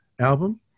album